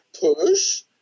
Push